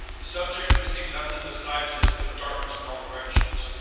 subject could see nothing besides this but darkness in all directions.